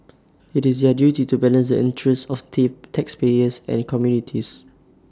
IT is their duty to balance the interests of tea taxpayers and communities